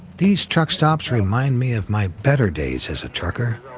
these truck stops remind me of my better days as a trucker.